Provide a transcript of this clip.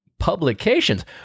publications